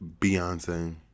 Beyonce